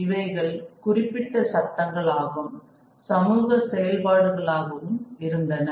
இவைகள் குறிப்பிட்ட சட்டங்களாகும் சமூக செயல்பாடுகள் ஆகவும் இருந்தன